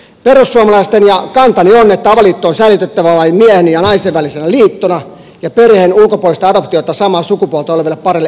perussuomalaisten kanta ja minun kantani on että avioliitto on säilytettävä vain miehen ja naisen välisenä liittona ja perheen ulkopuolista adoptiota samaa sukupuolta oleville pareille ei tule sallia